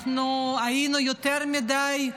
אנחנו היינו יותר מדי מקילים,